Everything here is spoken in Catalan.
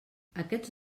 aquests